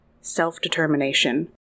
self-determination